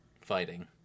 fighting